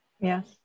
Yes